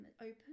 open